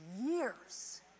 years